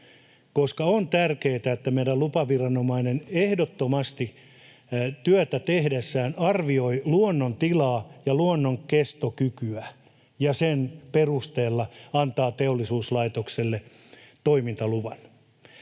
On tärkeätä, että meidän lupaviranomainen ehdottomasti työtä tehdessään arvioi luonnon tilaa ja luonnon kestokykyä ja sen perusteella antaa teollisuuslaitokselle toimintaluvan.